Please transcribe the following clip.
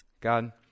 God